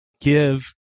give